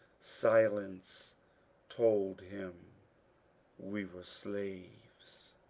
silence told him we were slaves.